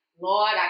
Lord